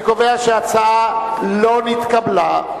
אני קובע שההצעה לא נתקבלה.